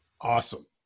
Awesome